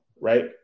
right